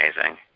amazing